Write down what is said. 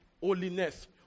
Holiness